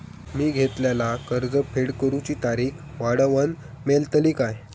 मी घेतलाला कर्ज फेड करूची तारिक वाढवन मेलतली काय?